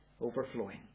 overflowing